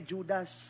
Judas